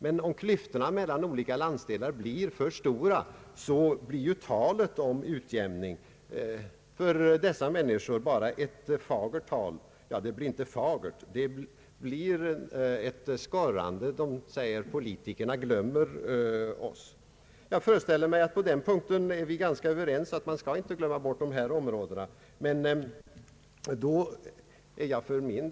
Men om klyftorna mellan olika landsdelar blir för stora, blir ju talet om utjämning bara ett fagert tal. Ja, för människorna i de områdena blir det inte ett fagert utan ett skorrande tal. De säger: Politikerna glömmer oss. Jag föreställer mig att vi är ganska överens om att man inte får glömma bort dessa områden.